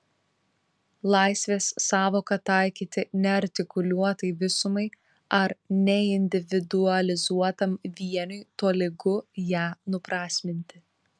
laisvės sąvoką taikyti neartikuliuotai visumai ar neindividualizuotam vieniui tolygu ją nuprasminti